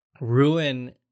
ruin